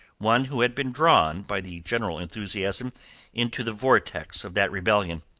one who had been drawn by the general enthusiasm into the vortex of that rebellion.